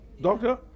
Doctor